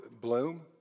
bloom